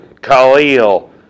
Khalil